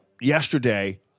yesterday